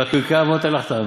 על פרקי אבות אין לך טענות.